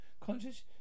Conscious